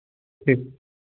ठीक